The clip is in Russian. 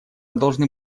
должны